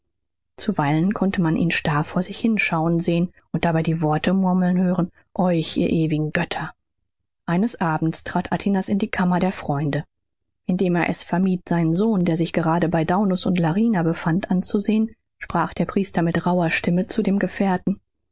zuweilen konnte man ihn starr vor sich hinschauen sehen und dabei die worte murmeln hören euch ihr ewigen götter eines abends trat atinas in die kammer der freunde indem er es vermied seinen sohn der sich gerade bei daunus und larina befand anzusehen sprach der priester mit rauher stimme zu dem gefährten